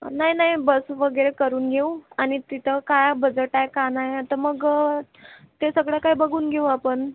नाही नाही बस वगैरे करून घेऊ आणि तिथे काय बजेट आहे काय नाही आहे तर मग ते सगळं काय बघून घेऊ आपण